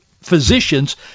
physicians